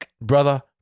brother